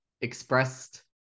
expressed